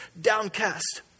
downcast